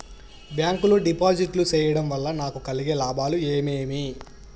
Bank లో డిపాజిట్లు సేయడం వల్ల నాకు కలిగే లాభాలు ఏమేమి?